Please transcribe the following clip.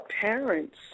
parents